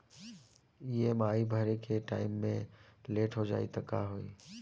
EMI भरे के time मे लेट हो जायी त का होई?